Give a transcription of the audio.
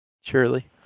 Surely